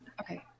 Okay